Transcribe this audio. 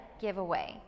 giveaway